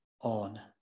on